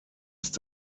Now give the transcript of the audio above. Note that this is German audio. ist